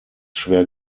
schwer